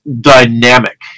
Dynamic